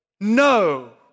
no